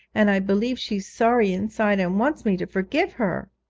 and i believe she's sorry inside and wants me to forgive her